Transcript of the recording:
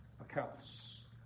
accounts